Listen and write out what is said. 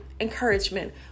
encouragement